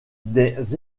des